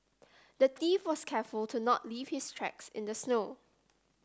the thief was careful to not leave his tracks in the snow